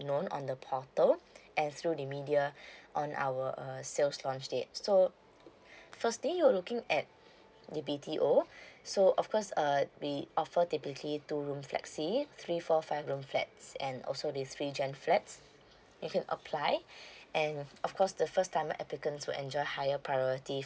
known on the portal and through the media on our uh sales launch dates so firstly you looking at the B_T_O so of course err we offer typically two room flexi three four five room flats and also these three gen flats you can apply and of course the first time applicants will enjoy higher priority